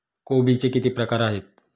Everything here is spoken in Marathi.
कोबीचे किती प्रकार आहेत?